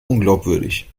unglaubwürdig